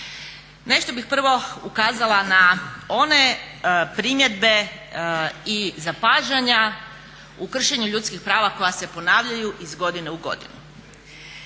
Nešto bih prvo ukazala na one primjedbe i zapažanja u kršenju ljudskih prava koja se ponavljaju iz godine u godinu.